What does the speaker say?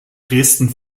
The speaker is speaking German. dresden